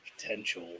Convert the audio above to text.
potential